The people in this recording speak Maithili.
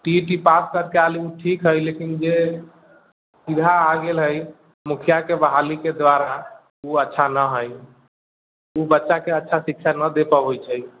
सी ई टी पास करके आयल ओ ठीक है लेकिन जे सीधा आ गेल हइ मुखियाके बहालीके द्वारा ओ अच्छा नहि हइ ओ बच्चाके अच्छा शिक्षा नहि दे पबैत छै